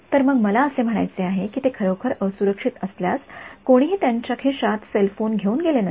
तर मला असे म्हणायचे की ते खरोखर असुरक्षित असल्यास कोणीही त्यांच्या खिशात सेल फोन घेऊन गेले नसते